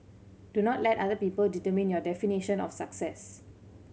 do not let other people determine your definition of success